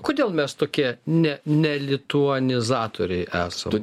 kodėl mes tokie ne nelituanizatoriai esam